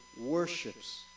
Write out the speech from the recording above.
worships